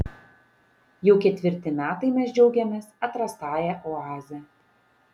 jau ketvirti metai mes džiaugiamės atrastąja oaze